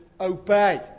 obey